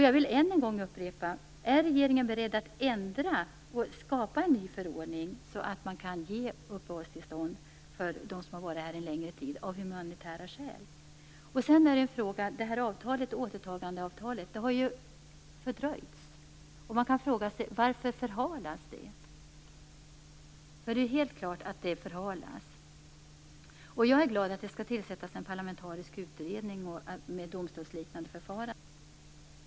Jag vill än en gång upprepa min fråga: Är regeringen beredd att skapa en ny förordning, så att man av humanitära skäl kan bevilja uppehållstillstånd till dem som har varit här en längre tid? Återtagandeavtalet har ju fördröjts. Man kan fråga sig varför det förhalas, för det är ju helt klart att det förhalas. Jag är glad att det skall tillsättas en parlamentarisk utredning med domstolsliknande förfarande.